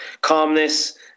calmness